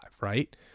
right